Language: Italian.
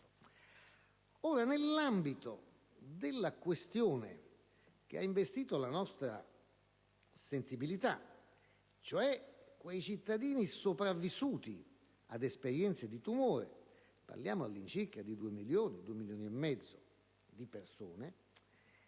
Nell'ambito della questione che ha investito la nostra sensibilità, riferita ai cittadini sopravvissuti ad esperienze di tumore - e ricordo che parliamo di circa 2 milioni e mezzo di persone